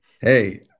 Hey